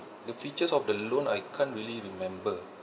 the features of the loan I can't really remember